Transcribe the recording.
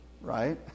right